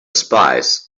spies